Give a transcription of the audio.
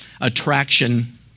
attraction